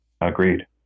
Agreed